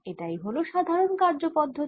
এটাই হলো সাধারণ কার্যপদ্ধতি